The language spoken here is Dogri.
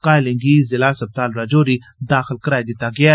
घायलें गी जिला अस्पताल राजौरी दाखल कराई दिता गेया ऐ